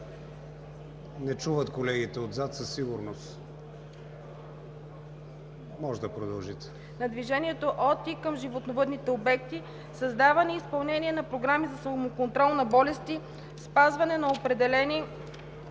Не чуват колегите отзад със сигурност. Можете да продължите.